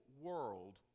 world